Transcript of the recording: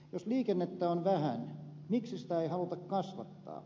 jos liikennettä on vähän miksi sitä ei haluta kasvattaa